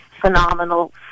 phenomenal